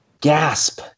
gasp